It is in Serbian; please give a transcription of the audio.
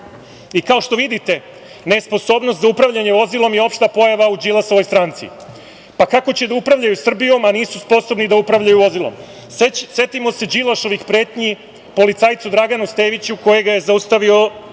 što vidite, nesposobnost za upravljanje vozilom je opšta pojava u Đilasovoj stranci. Pa, kako će da upravljaju Srbijom, a nisu sposobni da upravljaju vozilom. Setimo se Đilasovih pretnji policajcu Draganu Steviću koji ga je zaustavio